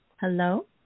Hello